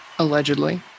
Allegedly